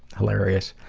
hilarious.